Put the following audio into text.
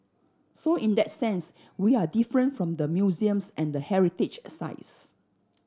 so in that sense we are different from the museums and the heritage a sites